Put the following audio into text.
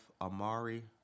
Amari